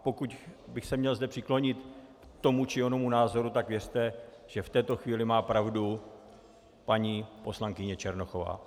Pokud bych se zde měl přiklonit k tomu či onomu názoru, tak věřte, že v této chvíli má pravdu paní poslankyně Černochová.